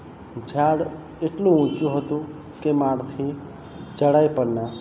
ઝાડ એટલું ઊંચું હતું કે મારાથી ચઢાય પણ ના